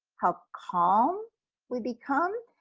how calm we become,